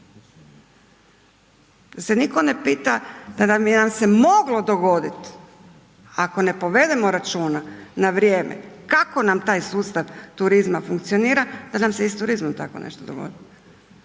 Zar se nitko ne pita da bi nam se moglo dogoditi, ako ne povedemo računa na vrijeme kako nam taj sustav turizma funkcionira da nam se i sa turizmom tako nešto dogodi.